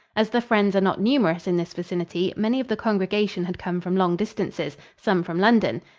as the friends are not numerous in this vicinity, many of the congregation had come from long distances some from london.